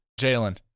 Jalen